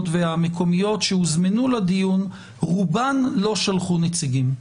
והמקומיות שהוזמנו לדיון, רובן לא שלחו נציגים.